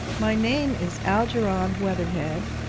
my name is algernon weatherhead,